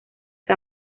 que